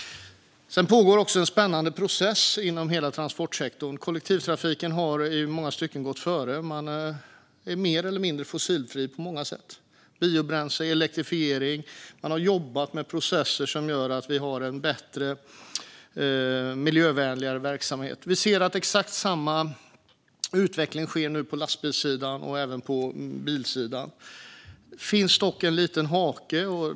Sedan pågår också en spännande process inom hela transportsektorn. Kollektivtrafiken har i många stycken gått före. Man är mer eller mindre fossilfri på många sätt. Det handlar om biobränslen och elektrifiering. Man har jobbat med processer som gör att vi har en bättre och miljövänligare verksamhet. Vi ser att exakt samma utveckling sker nu på lastbilssidan och även på bilsidan. Det finns dock en liten hake.